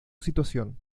situación